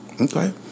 Okay